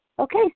Okay